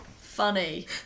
funny